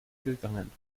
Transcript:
gegangen